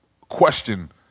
question